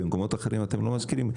במקומות אחרים אתם לא מזכירים?